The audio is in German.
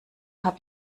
habe